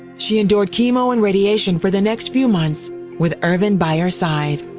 she endured chemo and radiation for the next few months with i irving by her side.